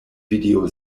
video